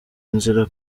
inzira